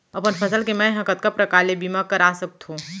अपन फसल के मै ह कतका प्रकार ले बीमा करा सकथो?